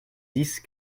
dix